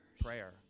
prayer